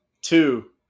Two